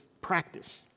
practice